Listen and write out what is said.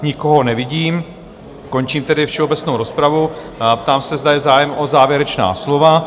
Nikoho nevidím, končím tedy všeobecnou rozpravu a ptám se, zda je zájem o závěrečná slova?